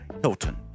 Hilton